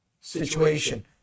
situation